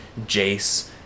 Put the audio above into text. Jace